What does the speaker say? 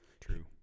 True